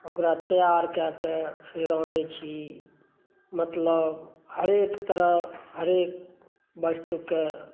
ओकरा तैआर कए कऽ फेर आनै छी मतलब हरेक तरफ़ हरेक वस्तुकें